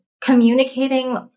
communicating